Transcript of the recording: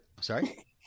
Sorry